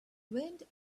wind